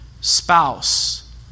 spouse